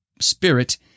spirit